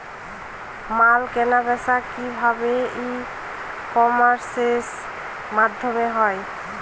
মাল কেনাবেচা কি ভাবে ই কমার্সের মাধ্যমে হয়?